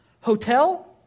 hotel